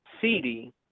CD